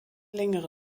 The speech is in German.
längere